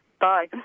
Bye